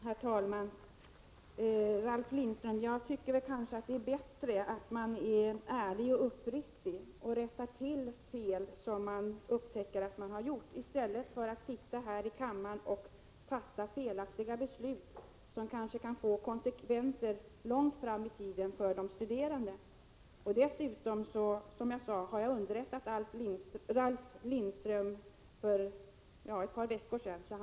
Herr talman! Jag tycker att det är bättre, Ralf Lindström, att man är ärlig och rättar till fel som man upptäcker att man har gjort än att man sitter här i kammaren och fattar felaktiga beslut, som kanske kan få konsekvenser långt fram i tiden för de studerande. Dessutom underrättade jag, som jag sade, Ralf Lindström om folkpartiets åsikt för ett par veckor sedan.